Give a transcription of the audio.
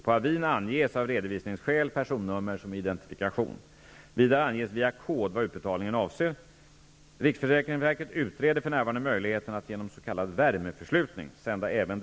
På avin anges av redovisningsskäl personnummer som identifikation. Vidare anges via kod vad utbetalningen avser. Riksförsäkringsverket utreder för närvarande möjligheten att genom s.k.